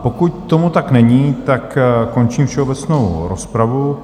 Pokud tomu tak není, končím všeobecnou rozpravu.